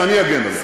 ואני אגן עליה.